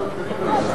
אבל לדב חנין,